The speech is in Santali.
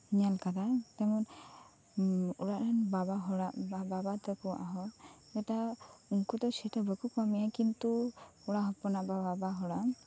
ᱧᱮᱞ ᱟᱠᱟᱫᱟᱧ ᱛᱮᱢᱚᱱ ᱚᱲᱟᱜ ᱨᱮᱱ ᱵᱟᱵᱟ ᱦᱚᱲᱟᱜ ᱵᱟᱵᱟ ᱛᱟᱠᱚᱣᱟᱜ ᱦᱚᱸ ᱢᱮᱛᱟᱜ ᱩᱱᱠᱩ ᱫᱚ ᱥᱮᱴᱟ ᱵᱟᱠᱚ ᱠᱟᱢᱤᱭᱟ ᱠᱤᱱᱛᱩ ᱠᱚᱲᱟ ᱦᱚᱯᱚᱱᱟᱜ ᱵᱟ ᱵᱟᱵᱟ ᱦᱚᱲᱟᱜ